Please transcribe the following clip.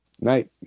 night